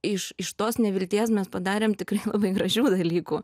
iš iš tos nevilties mes padarėm tikrai labai gražių dalykų